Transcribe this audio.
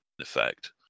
effect